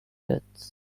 deaths